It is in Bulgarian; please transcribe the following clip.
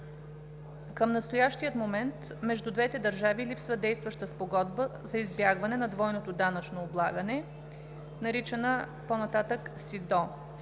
Към настоящия момент между двете държави липсва действаща Спогодба за избягване на двойното данъчно облагане, наричана по нататък СИДДО.